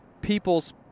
people's